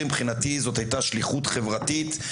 מבחינתי זאת הייתה שליחות חברתית,